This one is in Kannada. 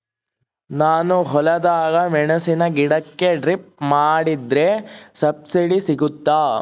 ನಾನು ಹೊಲದಾಗ ಮೆಣಸಿನ ಗಿಡಕ್ಕೆ ಡ್ರಿಪ್ ಮಾಡಿದ್ರೆ ಸಬ್ಸಿಡಿ ಸಿಗುತ್ತಾ?